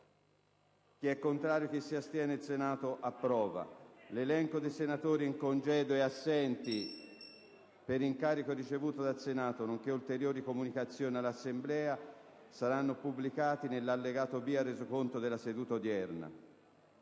link apre una nuova finestra"). L'elenco dei senatori in congedo e assenti per incarico ricevuto dal Senato, nonché ulteriori comunicazioni all'Assemblea saranno pubblicati nell'allegato B al Resoconto della seduta odierna.